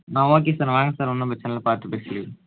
நான் okay sir வாங்க sir ஒன்றும் பிரச்சின இல்லை பார்த்துப் பேசிக்கலாம்